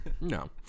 no